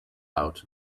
out